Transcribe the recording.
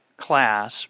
class